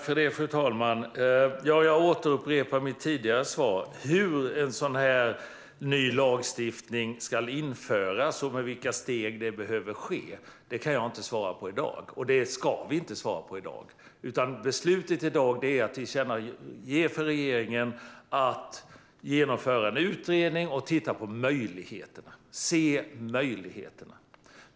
Fru talman! Jag upprepar mitt tidigare svar: Hur en sådan här ny lagstiftning ska införas och i vilka steg det behöver ske kan jag inte svara på i dag. Det ska vi inte heller svara på i dag. Beslutet i dag är att tillkännage för regeringen att genomföra en utredning och titta på möjligheterna - att se möjligheterna.